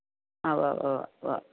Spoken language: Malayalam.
ആ ഉവ്വ് ഉവ്വ ഉവ്വ